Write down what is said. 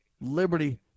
liberty